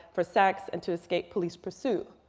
for sex, and to escape police pursuit.